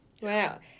Wow